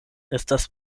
estas